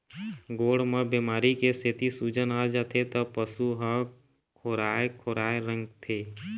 गोड़ म बेमारी के सेती सूजन आ जाथे त पशु ह खोराए खोराए रेंगथे